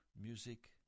music